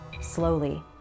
slowly